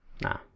Nah